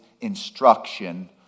instruction